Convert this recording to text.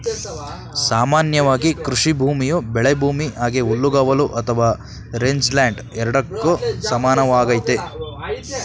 ಸಾಮಾನ್ಯವಾಗಿ ಕೃಷಿಭೂಮಿಯು ಬೆಳೆಭೂಮಿ ಹಾಗೆ ಹುಲ್ಲುಗಾವಲು ಅಥವಾ ರೇಂಜ್ಲ್ಯಾಂಡ್ ಎರಡಕ್ಕೂ ಸಮಾನವಾಗೈತೆ